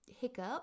hiccup